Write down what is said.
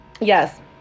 Yes